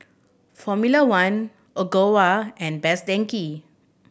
Formula One Ogawa and Best Denki